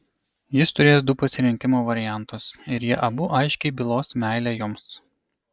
jis turės du pasirinkimo variantus ir jie abu aiškiai bylos meilę jums